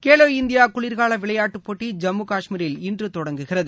Khelo India குளிர்கால விளையாட்டுப் போட்டி ஜம்மு கஷ்மீரில் இன்று தொடங்குகிறது